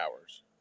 hours